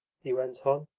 he went on,